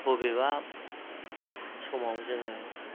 बबेबा समाव जोङो